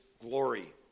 glory